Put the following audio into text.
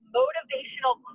motivational